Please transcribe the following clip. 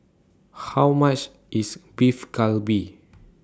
How much IS Beef Galbi